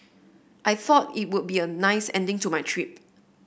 I thought it would be a nice ending to my trip